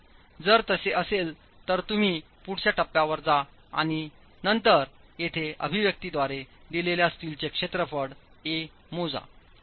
तर जर तसे असेल तर तुम्ही पुढच्या टप्प्यावर जा आणि नंतर येथे अभिव्यक्तीद्वारे दिलेल्या स्टीलचे क्षेत्रफळ a मोजा